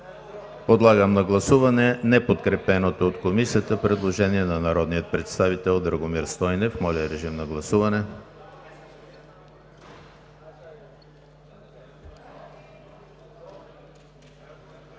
Подлагам на гласуване неподкрепеното от Комисията предложение на народния представител Драгомир Стойнев. Гласували